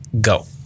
go